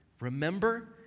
Remember